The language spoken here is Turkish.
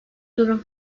durum